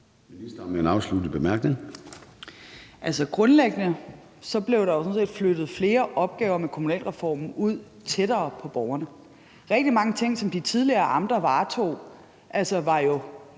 Grundlæggende blev der jo sådan set med kommunalreformen flyttet flere opgaver ud tættere på borgerne. Rigtig mange ting, som de tidligere amter varetog, var jo